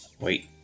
Wait